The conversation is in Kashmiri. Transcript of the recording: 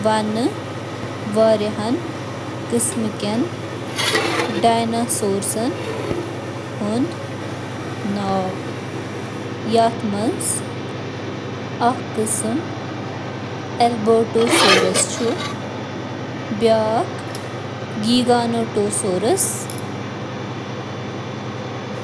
ڈایناسورن ہند چِھ کینٛہہ قسم۔ ڈایناسور یتھ کٔنۍ زَن triceratops, tyrannosaurus rex, pterodactyl, brontosaurus,